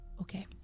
Okay